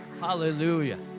Hallelujah